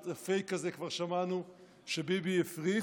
את הפייק הזה כבר שמענו שביבי הפריך,